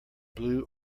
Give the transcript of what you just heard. blue